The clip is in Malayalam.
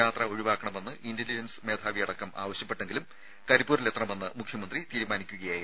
യാത്ര ഒഴിവാക്കണമെന്ന് ഇന്റലിജൻസ് മേധാവിയടക്കം ആവശ്യപ്പെട്ടെങ്കിലും കരിപ്പൂരിലെത്തണമെന്ന് മുഖ്യമന്ത്രി തീരുമാനിക്കുകയായിരുന്നു